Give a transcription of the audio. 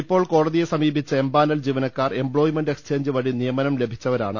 ഇപ്പോൾ കോടതിയെ സമീപിച്ച എംപാനൽ ജീവനക്കാർ എം പ്പോയ്മെന്റ് എക്സ്ചേഞ്ച് വഴി നിയമനം ലഭിച്ചവരാണ്